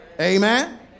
Amen